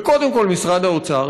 וקודם כול משרד האוצר,